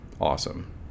awesome